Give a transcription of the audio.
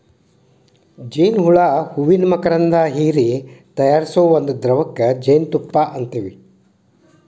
ಜೇನ ಹುಳಾ ಹೂವಿನ ಮಕರಂದಾ ಹೇರಿ ತಯಾರಿಸು ಒಂದ ದ್ರವಕ್ಕ ಜೇನುತುಪ್ಪಾ ಅಂತೆವಿ